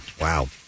wow